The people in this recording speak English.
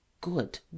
Good